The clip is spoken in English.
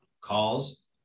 calls